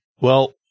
Well-